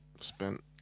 Spent